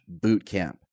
bootcamp